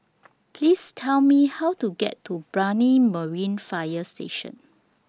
Please Tell Me How to get to Brani Marine Fire Station